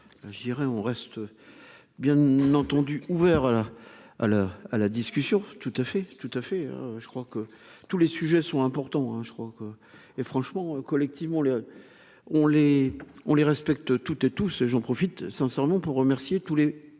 je dirais, on reste bien entendu ouvert là à l'heure à la discussion tout à fait, tout à fait, je crois que tous les sujets sont importants, je crois que et franchement collectivement les on les on les respecte toutes et tous ces gens profitent sincèrement pour remercier tous les